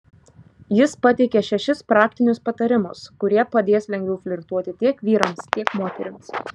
jis pateikia šešis praktinius patarimus kurie padės lengviau flirtuoti tiek vyrams tiek moterims